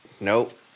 Nope